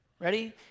ready